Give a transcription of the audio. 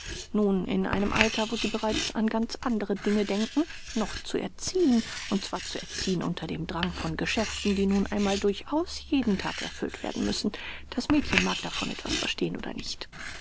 nun in einem alter wo sie bereits an ganz andere dinge denken noch zu erziehen und zwar zu erziehen unter dem drang von geschäften die nun einmal durchaus jeden tag erfüllt werden müssen das mädchen mag davon etwas verstehen oder nicht